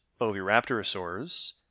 oviraptorosaurs